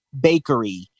Bakery